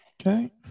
Okay